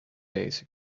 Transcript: days